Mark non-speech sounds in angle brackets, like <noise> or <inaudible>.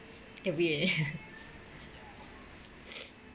A_V_A <laughs> <noise>